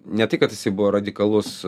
ne tai kad jisai buvo radikalus